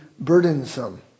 burdensome